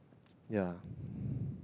yeah